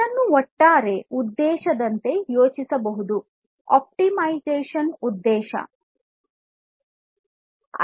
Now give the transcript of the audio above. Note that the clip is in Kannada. ಇದನ್ನು ಒಟ್ಟಾರೆ ಆಪ್ಟಿಮೈಸೇಶನ್ ಉದ್ದೇಶದಂತೆ ಯೋಚಿಸಬಹುದು